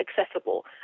accessible